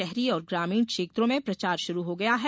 शहरी और ग्रामीण क्षेत्रों में प्रचार शुरू हो गया है